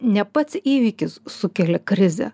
ne pats įvykis sukelia krizę